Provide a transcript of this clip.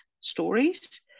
stories